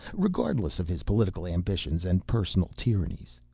regardless of his political ambitions and personal tyrannies,